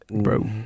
Bro